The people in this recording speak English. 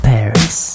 Paris